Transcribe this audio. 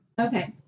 Okay